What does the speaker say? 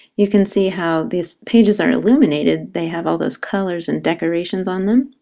you can see how these pages are illuminated. they have all those colors and decorations on them.